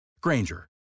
Granger